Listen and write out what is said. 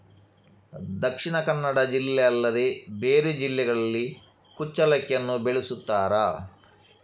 ದಕ್ಷಿಣ ಕನ್ನಡ ಜಿಲ್ಲೆ ಅಲ್ಲದೆ ಬೇರೆ ಜಿಲ್ಲೆಗಳಲ್ಲಿ ಕುಚ್ಚಲಕ್ಕಿಯನ್ನು ಬೆಳೆಸುತ್ತಾರಾ?